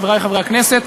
חברי חברי הכנסת,